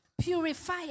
Purify